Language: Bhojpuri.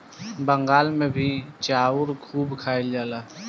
बंगाल मे भी चाउर खूब खाइल जाला